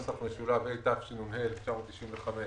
התשנ"ה 1995,